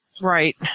Right